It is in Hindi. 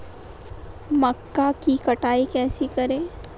मक्का की कटाई कैसे करें?